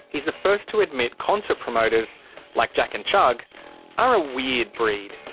he's the first to admit concert promoters like jack and chugg are a weird breed.